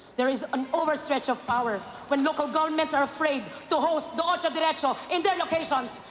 there is an overstretch of power when local governments are afraid to host the otso diretso in their locations.